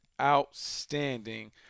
outstanding